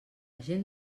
gent